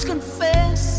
Confess